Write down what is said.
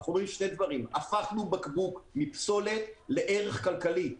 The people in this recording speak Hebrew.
אנחנו רואים שני דברים: הפכנו בקבוק מפסולת לערך כלכלי.